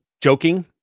joking